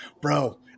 Bro